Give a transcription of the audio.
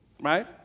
right